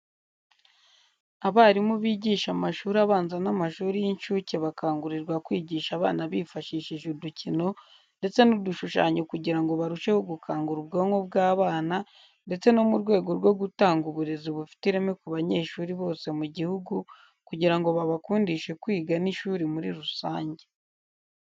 Abarimu bigisha amashuri abanza n'amashuri y'incuke bakangurirwa kwigisha abana bifashishije udukino ndetse n'udushushanyo kugira ngo barusheho gukangura ubwonko bw'abana ndetse no mu rwego rwo gutanga uburezi bufite ireme ku banyeshuri bose mu gihugu kugira ngo babakundishe kwiga n'ishuri muri rusange.